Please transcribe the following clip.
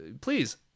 Please